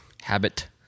habit